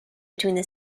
between